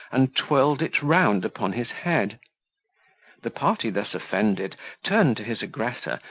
and twirled it round upon his head the party thus offended turned to his aggressor,